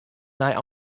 nei